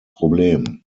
problem